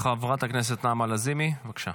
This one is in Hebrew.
חברת הכנסת נעמה לזימי, בבקשה.